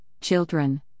children